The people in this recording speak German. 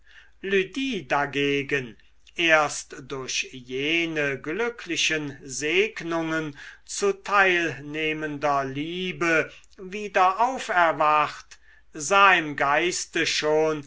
dagegen erst durch jene glücklichen segnungen zu teilnehmender liebe wieder auferwacht sah im geiste schon